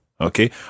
Okay